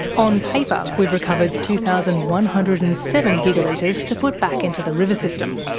on paper, we've recovered two thousand one hundred and seven gigalitres to put back into the river system.